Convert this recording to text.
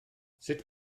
sut